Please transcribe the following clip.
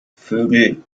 vögel